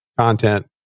Content